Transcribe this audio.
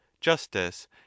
justice